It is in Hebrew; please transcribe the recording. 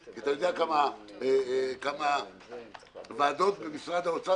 כי אתה יודע כמה ועדות במשרד האוצר